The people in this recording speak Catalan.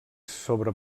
sobre